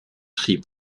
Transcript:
tri